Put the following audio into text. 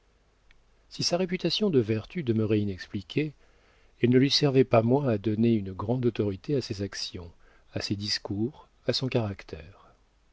si sa réputation de vertu demeurait inexpliquée elle ne lui servait pas moins à donner une grande autorité à ses actions à ses discours à son caractère